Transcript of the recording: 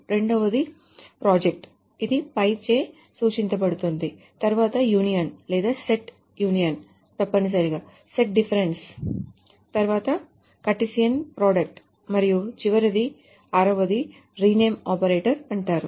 రెండవది ప్రాజెక్ట్ ఇదిచే సూచించబడుతుంది తరువాత యూనియన్ లేదా సెట్ యూనియన్ తప్పనిసరిగా సెట్ డిఫరెన్స్ తరువాత కార్టేసియన్ ప్రోడక్ట్ మరియు చివరిది ఆరవదాన్ని రీనేమ్ ఆపరేటర్ అంటారు